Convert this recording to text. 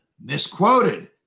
misquoted